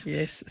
Yes